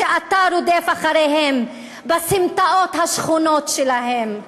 שאתה רודף אחריהם בסמטאות השכונות שלהם,